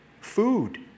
Food